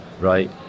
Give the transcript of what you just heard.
right